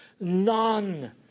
None